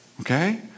Okay